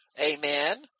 Amen